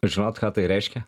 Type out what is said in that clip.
žinot ką tai reiškia